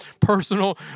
personal